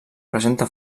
presenta